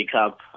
Cup